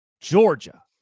Georgia